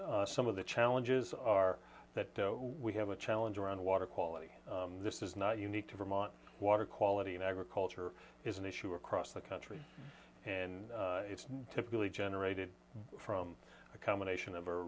issue some of the challenges are that we have a challenge around water quality this is not unique to vermont water quality in agriculture is an issue across the country and it's typically generated from a combination of